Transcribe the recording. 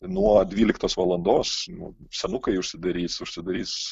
nuo dvyliktos valandos nu senukai užsidarys užsidarys